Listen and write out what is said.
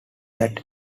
that